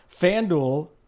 FanDuel